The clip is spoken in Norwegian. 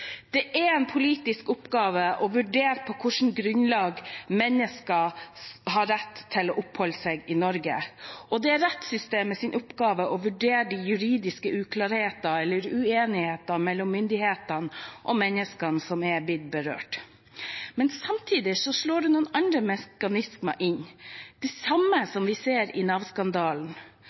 Det er en politisk oppgave å vurdere på hvilket grunnlag mennesker har rett til å oppholde seg i Norge, og det er rettssystemets oppgave å vurdere de juridiske uklarheter eller uenigheter mellom myndighetene og menneskene som er blitt berørt. Men samtidig slår noen andre mekanismer inn, de samme som vi ser i